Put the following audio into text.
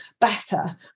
better